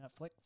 Netflix